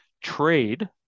trade